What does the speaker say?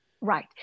Right